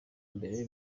mbere